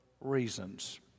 reasons